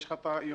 יש לך את היכולת,